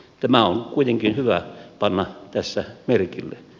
tämä on kuitenkin hyvä panna tässä merkille